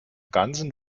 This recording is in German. ganzen